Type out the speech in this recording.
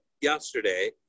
yesterday